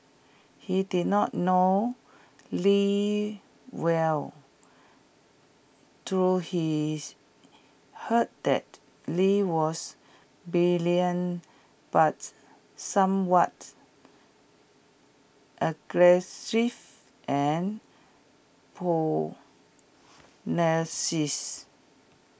he did not know lee well though his heard that lee was brilliant but somewhat aggressive and